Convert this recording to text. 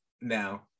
Now